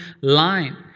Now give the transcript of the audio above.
line